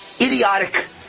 idiotic